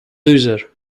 loser